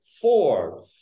four